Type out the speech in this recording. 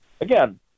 again